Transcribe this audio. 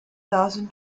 thousand